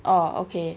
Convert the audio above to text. oh okay